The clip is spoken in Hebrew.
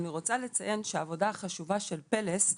אני רוצה לציין שהעבודה החשובה של פלס,